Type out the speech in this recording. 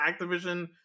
Activision